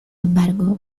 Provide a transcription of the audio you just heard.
embargo